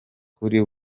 kuri